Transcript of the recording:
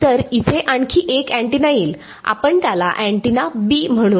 तर इथे आणखी एक अँटीना येईल आपण त्याला अँटीना B म्हणू